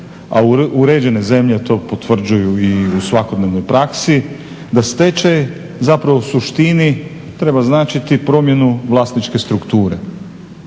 a uređene zemlje to potvrđuju u svakodnevnoj praksi da stečaj zapravo u suštini treba značiti promjenu vlasničke strukture.